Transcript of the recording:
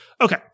Okay